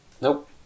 Nope